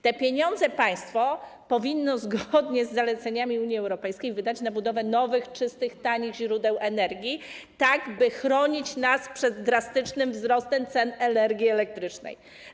Te pieniądze państwo powinno, zgodnie z zaleceniami Unii Europejskiej, wydać na budowę nowych, czystych, tanich źródeł energii, tak by chronić nas przed drastycznym wzrostem cen energii elektrycznej.